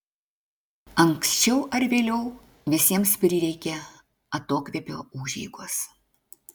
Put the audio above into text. anksčiau ar vėliau visiems prireikia atokvėpio užeigos